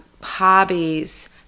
hobbies